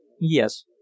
Yes